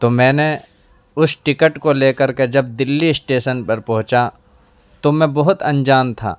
تو میں نے اس ٹکٹ کو لے کر کے جب دہلی اشٹیسن پر پہنچا تو میں بہت انجان تھا